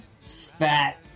fat